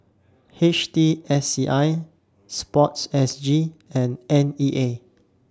H T S C I Sports S G and N E A